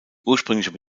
ursprüngliche